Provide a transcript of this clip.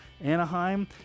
Anaheim